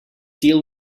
deal